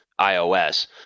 ios